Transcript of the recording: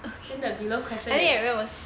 then the below question is